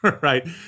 Right